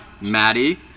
Maddie